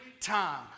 time